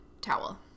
towel